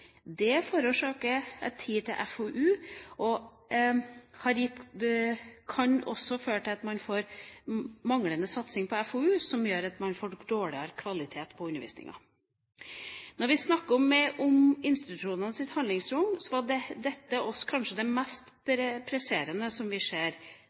tid på undervisning, dvs. forsake tid til FoU, som også kan føre til at man får manglende satsing på FoU, som gjør at man får dårligere kvalitet på undervisningen. Når vi snakker om institusjonenes handlingsrom, er det dette som kanskje er det mest